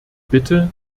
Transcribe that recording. bitte